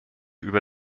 über